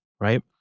right